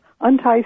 unties